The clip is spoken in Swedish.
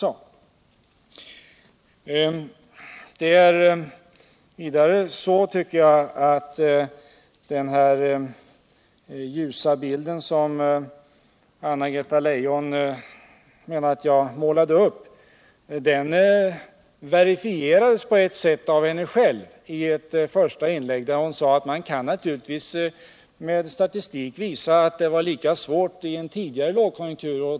Vidare tycker jag att den ljusa bild som Anna-Greta Leijon menade att jag målade upp verifieras på ett sätt av henne själv i hennes första inlägg, då hon sade att man naturligtvis kan med statistik visa att det var lika svårt i en tidigare lågkonjunktur.